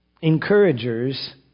encouragers